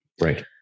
Right